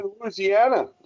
Louisiana